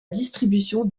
distribution